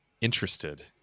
interested